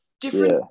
different